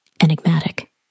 enigmatic